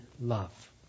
love